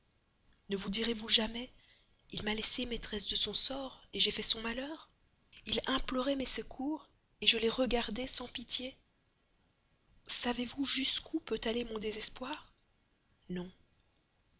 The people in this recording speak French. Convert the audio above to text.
ne vous direz-vous jamais il m'a laissée maîtresse de son sort j'ai fait son malheur il m'a donné sa confiance je l'ai trahie il implorait mes secours je l'ai regardé sans pitié savez-vous jusqu'où peut aller mon désespoir non